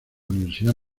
universidad